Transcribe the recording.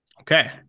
Okay